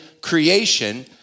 creation